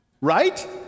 Right